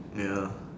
ya